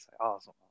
awesome